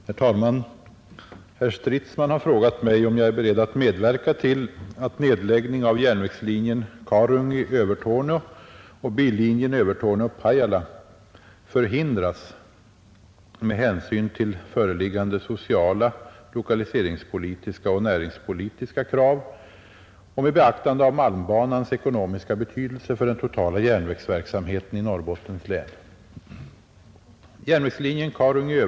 Herr talman! Herr Stridsman har frågat mig om jag är beredd medverka till att nedläggning av järnvägslinjen Karungi-Övertorneå och billinjen Övertorneå—Pajala förhindras med hänsyn till ,föreliggande sociala, lokaliseringspolitiska och näringspolitiska krav och med beaktande av malmbanans ekonomiska betydelse för den totala järnvägsverksamheten i Norrbottens län.